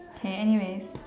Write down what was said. K anyways